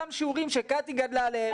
אותם שיעורים קטי גדלה עליהם.